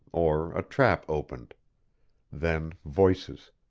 or a trap opened then voices,